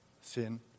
sin